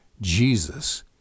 Jesus